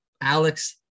Alex